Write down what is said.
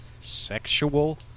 sexual